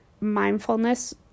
mindfulness